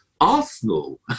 arsenal